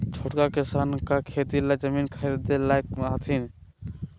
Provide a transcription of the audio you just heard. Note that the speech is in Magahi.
छोटका किसान का खेती ला जमीन ख़रीदे लायक हथीन?